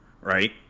right